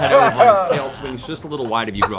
tail swings just a little wide of you,